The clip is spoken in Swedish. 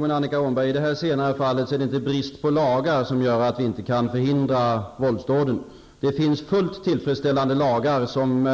Herr talman! I det senare fallet, Annika Åhnberg, är det inte brist på lagar som gör att vi inte kan förhindra våldsdåden. Det finns fullt tillfredsställande lagar som